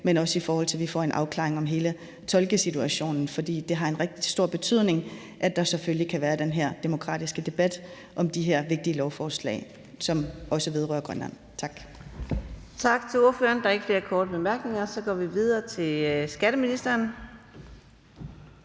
men også i forhold til at vi får en afklaring på hele tolkesituationen. For det har en rigtig stor betydning, at der selvfølgelig kan være den her demokratiske debat om de her vigtige lovforslag, som også vedrører Grønland. Tak. Kl. 16:49 Anden næstformand (Karina Adsbøl): Tak til ordføreren. Der er ikke flere korte bemærkninger. Så går vi videre til skatteministeren.